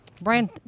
Brian